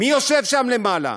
מי יושב שם למעלה?